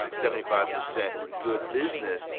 um seventy five percent good business,